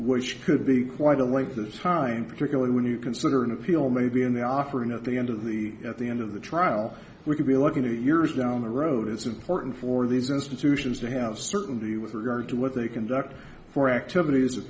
which could be quite a length of time particularly when you consider an appeal may be in the offering at the end of the at the end of the trial we could be looking to years down the road it's important for these institutions to have certainty with regard to what they conduct for activities